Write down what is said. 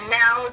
now